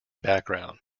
background